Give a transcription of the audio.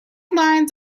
lines